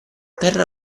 terra